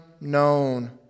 known